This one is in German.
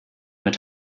mit